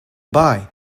baai